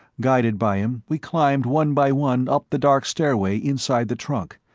guided by him, we climbed one by one up the dark stairway inside the trunk,